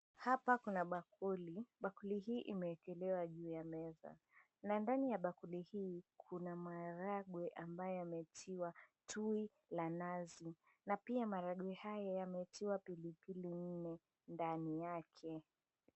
Hapa kuna bakuli. Bakuli hii imeekelewa juu ya meza na ndani ya bakuli hii kuna maharagwe ambayo yametiwa tui la nazi na pia maharagwe haya yametiwa pilipili nne ndani yake.